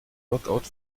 workout